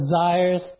desires